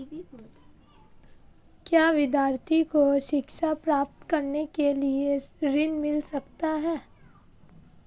क्या विद्यार्थी को शिक्षा प्राप्त करने के लिए ऋण मिल सकता है?